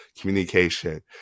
communication